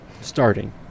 Starting